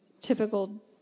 typical